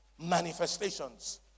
Manifestations